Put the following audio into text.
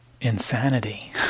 insanity